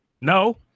No